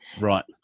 Right